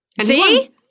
See